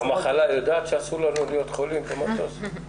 המחלה יודעת שאסור לנו להיות חולים במטוס?